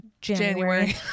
January